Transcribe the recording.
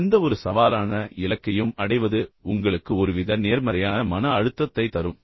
சுருக்கமாக எந்தவொரு சவாலான இலக்கையும் அடைவது உங்களுக்கு ஒருவித நேர்மறையான மன அழுத்தத்தைத் தரும்